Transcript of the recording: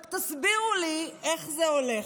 רק תסבירו לי איך זה הולך: